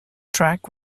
track